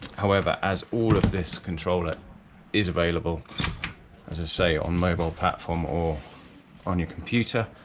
however as all of this controller is available as i say on mobile platform or on your computer,